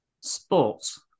Sports